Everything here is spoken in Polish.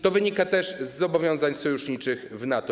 To wynika też ze zobowiązań sojuszniczych w NATO.